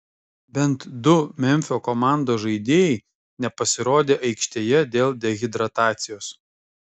bent du memfio komandos žaidėjai nepasirodė aikštėje dėl dehidratacijos